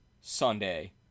Sunday